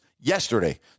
yesterday